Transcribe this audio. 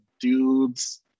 dudes